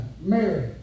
Mary